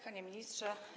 Panie Ministrze!